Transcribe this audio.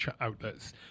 outlets